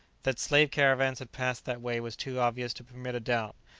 that slave-caravans had passed that way was too obvious to permit a doubt.